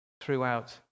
throughout